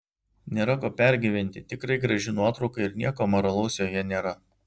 nėra ko pergyventi tikrai graži nuotrauka ir nieko amoralaus joje nėra